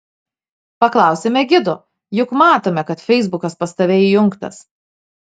paklausėme gido juk matome kad feisbukas pas tave įjungtas